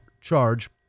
charge